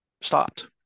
stopped